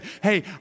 hey